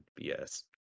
BS